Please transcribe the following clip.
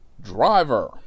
driver